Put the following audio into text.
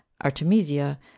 Artemisia